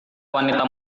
wanita